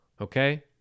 Okay